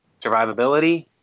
survivability